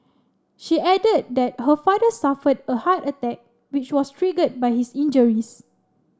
she added that her father suffered a heart attack which was triggered by his injuries